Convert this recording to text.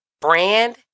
brand